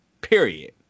period